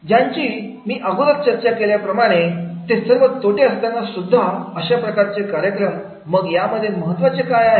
ज्यांची मी अगोदर चर्चा केली ते सर्व तोटे असतानासुद्धा अशा प्रकारचे कार्यक्रम मग यामध्ये महत्वाचे काय आहे